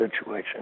situation